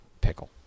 Pickle